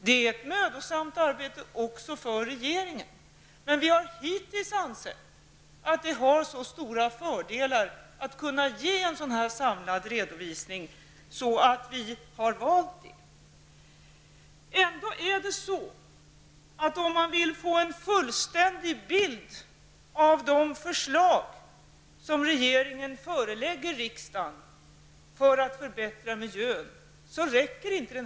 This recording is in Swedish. Det är även för regeringen ett mödosamt arbete, men vi har hittills ansett att det har stora fördelar att kunna ge en sådan här samlad redovisning, och vi har därför valt att göra det. Det är trots detta så, att den här propositionen inte räcker för att ge en fullständig bild av de förslag som regeringen förelägger riksdagen i syfte att förbättra miljön.